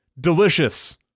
Delicious